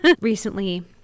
Recently